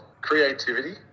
creativity